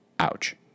Ouch